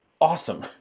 awesome